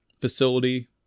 facility